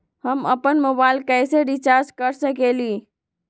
हम अपन मोबाइल कैसे रिचार्ज कर सकेली?